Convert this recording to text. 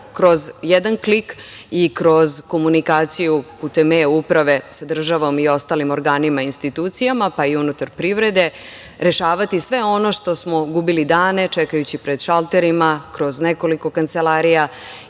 kroz jedan klik i kroz komunikaciju putem eUprave sa državom i ostalim organima i institucijama, pa i unutar privrede, rešavati sve ono što smo gubili dane, čekajući pred šalterima, kroz nekoliko kancelarija